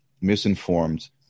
misinformed